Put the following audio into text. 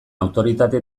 autoritate